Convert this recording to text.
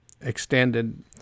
extended